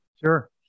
Sure